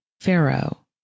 Pharaoh